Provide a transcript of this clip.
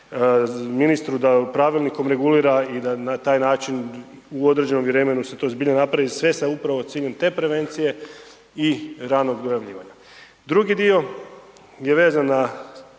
ministru, da pravilnikom regulira i da na taj način u određenom vremenu se to zbilja napravi, sve sa upravo ciljem te prevencije i ranog dojavljivanja. Drugi dio je vezan na